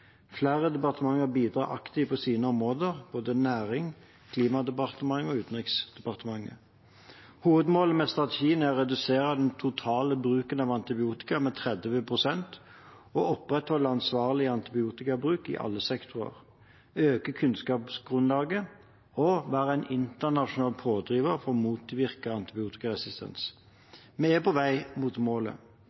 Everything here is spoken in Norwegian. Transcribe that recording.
Flere departementer bidrar aktivt på sine områder, både Nærings- og fiskeridepartementet, Klima- og miljødepartementet og Utenriksdepartementet. Hovedmålet med strategien er å redusere den totale bruken av antibiotika med 30 pst. og opprettholde ansvarlig antibiotikabruk i alle sektorer, øke kunnskapsgrunnlaget og være en internasjonal pådriver for å motvirke antibiotikaresistens. Vi er på vei mot målet.